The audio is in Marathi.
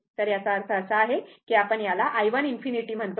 तर याचा अर्थ असा की आपण याला i 1 ∞ म्हणतो